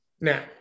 now